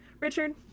Richard